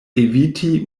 eviti